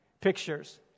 pictures